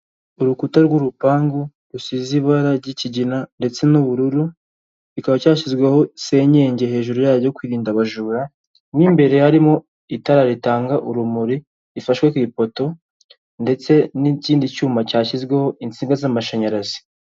Urukuta rw'urupangu rusize ibara ry'ikigina ndetse n'ubururu kikaba cyashyizweho senyege hejuru yayo yo kwirinda abajura, mo imbere harimo itara ritanga urumuri, rifashwe ku ipoto ndetse n'ikindi cyuma cyashyizweho insinga z'amashanyarazi.